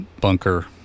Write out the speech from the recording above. bunker